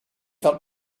felt